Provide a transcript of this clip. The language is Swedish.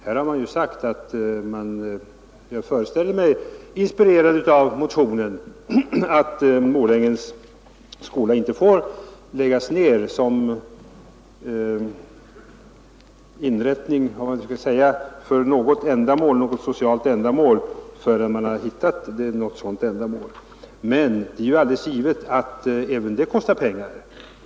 Här har man =— därtill inspirerad av motionen, föreställer jag mig — sagt att Morängens yrkesskola inte får läggas ned som institution för något annat socialt ändamål förrän man hittat något sådant. Men det är alldeles givet att även detta kostar pengar.